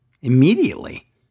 immediately